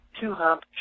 two-hump